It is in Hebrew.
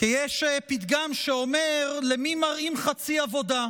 כי יש פתגם שאומר "למי מראים חצי עבודה",